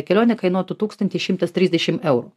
kelionė kainuotų tūkstantis šimtas trisdešim eurų